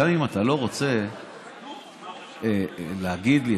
גם אם אתה לא רוצה להגיד לי,